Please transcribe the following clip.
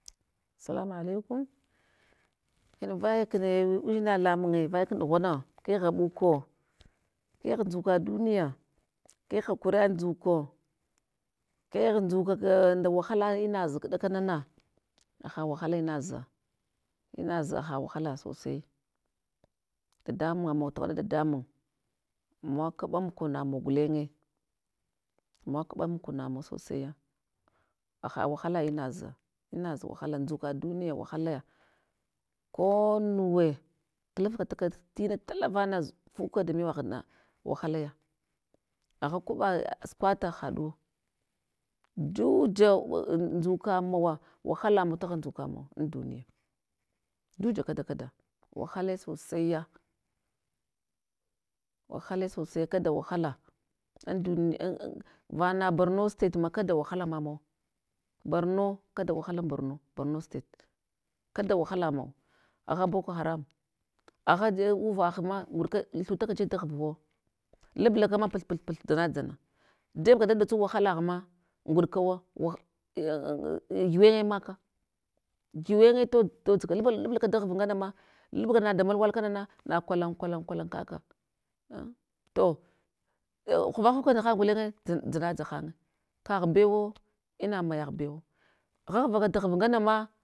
Salama alaikum, hin vaya kne udzina lamung hin vaya kum ɗughana, kegh ghaɓuko kegh ndzuka duniya, kegh hakuriya ndzuko kegh ndzuka ka nda wahala uraz kɗakan na na, haha wahala inaza, inaza ha ha wahala sosai, dadamun, amawa takaɗa dadamun, amawa kaɓa konamawa kulege amawa kaɓa mukonamawa sosai ya, haha wahala inaza, inaza wahala ndzuka duniya, wahalaya, ko nuwe, klafta tina tala van zu fuka da mavaghna wahalaya, agha kwaɓa sukwata haɗuwo, juja ndzuka mawa wahala mawa taghan ndzukamun taghan ndzuka mun an duniya, juja kada kada, wahale sosaiya, walalai sosaiya kada wahala anduniya an an vaghana borno state makada wahala mamawa, borno kada wahala an borno, borno state, kada wahala mau, agha boko haram, agha jeɗ uvah ma ngudka thutaka jeb daghvuwo, lublakana puth puth putth dzana dzala, jeb ka da ɗatsu wahalagh ma nguɗkawo, wah aa hyuwenye ma ka hyuwenye todz todzka lub lublaka daghv ngana ma, lubla ka na da malan wala kanana na kwalan, kwalan, kwalan kaka an to to ei hovaho korhan gulenye to dzanadza hanye, kagh bewo, ma mayagh bewa, ghagwa kat ghva ngane na.